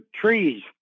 trees